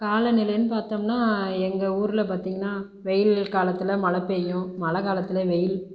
காலநிலைனு பார்த்தோம்னா எங்கள் ஊரில் பார்த்தீங்கன்னா வெயில் காலத்தில் மழை பெய்யும் மழை காலத்தில் வெயில்